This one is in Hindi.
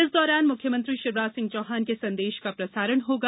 इस दौरान मुख्यमंत्री शिवराज सिंह चौहान के संदेश का प्रसारण होगा